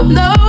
no